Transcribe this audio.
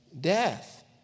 death